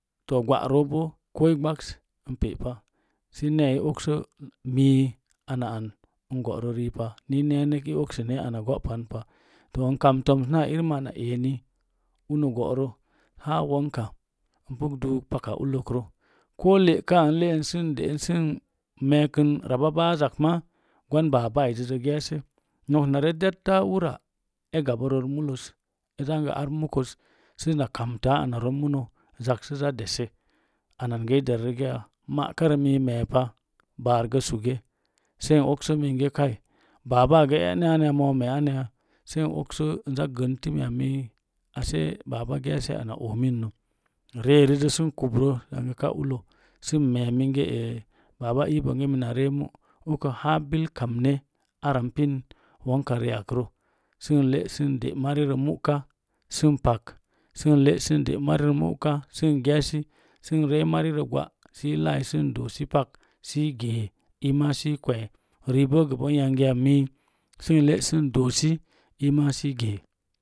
Toh aroplneeye i okso mii n góro riipa ni i neenek i okse na ana gó pan pa to n kam toms na irin ana eeni uno góro haa wonka ipu duuk paka ulləkrə ko le'kaa n le'n rababaz ak ma gwan baba ezezi geese na dettəpu ura egabə ror muləz e zangə ar muna zak sə za de'se ana an gəi der rigaya ma'karə mi meep baar gə suge n okso minge kai baban gə e'na anya mo me anya sai n okso iza gən timia mii ashe baba geese ana oomino ri'erizo sən kubro sən mee mingze baba ii mina ree mu ukə haa bil kamne ara n pin wouka ri akrə sə n le' sən de’ mari mu'ka sən bag sən le’ sən de’ mari mu'ka sən gzesi sən ree marirə gwa sə laye sən doosi pak si i gee iima sii kwee ribo gəbən yangi mii sən le’ sən doosi si ge